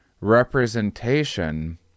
representation